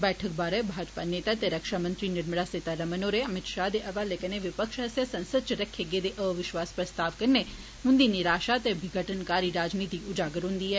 बैठक बारे भाजपा नेता ते रक्षामंत्री निर्मल सीता रमण होरें अमित शाह दे हवाले कन्नै विपक्ष आस्सेआ संसद च रक्खे गेदे अवश्विास प्रस्ताव कन्नै उन्दी निराशा ते विघटनकारी राजनीति उजागर हुन्दी ऐ